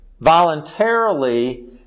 voluntarily